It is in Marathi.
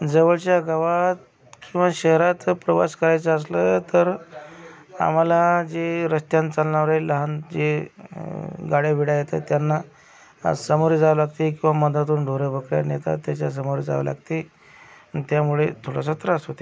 जवळच्या गावात किंवा शहराचा प्रवास करायचा असेल तर आम्हाला जे रस्त्यांनं चालणारे लहान जे गाड्या बिड्या येतात त्यांना सामोरे जावे लागते किंवा मध्यातून ढोरं बकऱ्या नेतात त्याच्यासमोर जावं लागते त्यामुळे थोडासा त्रास होते